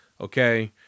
Okay